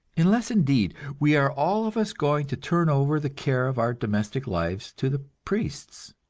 unless, indeed, we are all of us going to turn over the care of our domestic lives to the priests!